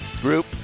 group